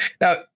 Now